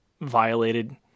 violated